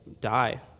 die